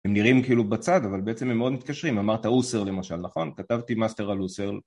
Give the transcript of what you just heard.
הם נראים כאילו בצד אבל בעצם הם מאוד מתקשרים אמרת אוסר למשל נכון כתבתי מסטר על אוסר